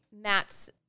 Matt's